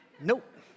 Nope